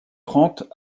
trente